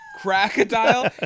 Crocodile